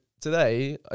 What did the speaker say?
today